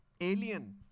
Alien